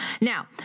Now